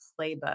playbook